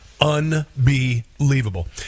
Unbelievable